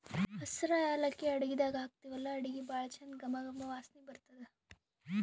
ಹಸ್ರ್ ಯಾಲಕ್ಕಿ ಅಡಗಿದಾಗ್ ಹಾಕ್ತಿವಲ್ಲಾ ಅಡಗಿ ಭಾಳ್ ಚಂದ್ ಘಮ ಘಮ ವಾಸನಿ ಬರ್ತದ್